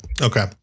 Okay